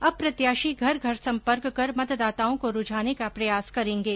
अब प्रत्याशी घर घर संपर्क कर मतदाताओं को रूझाने का प्रयास करेंगे